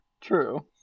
True